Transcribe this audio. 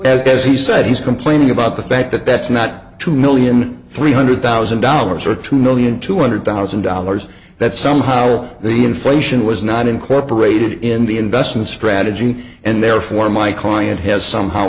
be as he said he's complaining about the fact that that's not two million three hundred thousand dollars or two million two hundred thousand dollars that somehow the inflation was not incorporated in the investment strategy and therefore my client has somehow